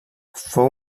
fou